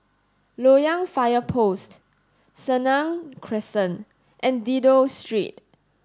Loyang Fire Post Senang Crescent and Dido Street